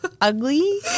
ugly